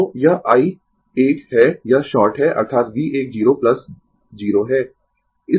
तो यह i 1 है यह शॉर्ट है अर्थात V 1 0 0 है